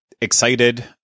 excited